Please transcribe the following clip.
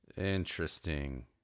Interesting